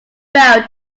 felt